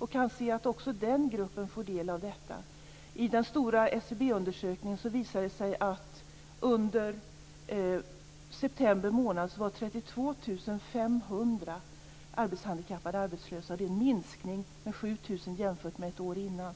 Vi kan se att också den gruppen får del av detta. I den stora SCB-undersökningen visade det sig att under september månad var 32 500 arbetshandikappade arbetslösa. Det är en minskning med 7 000 jämfört med ett år tidigare.